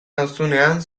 nauzunean